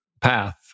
path